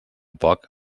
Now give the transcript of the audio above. poc